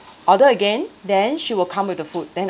order again then she will come with the food then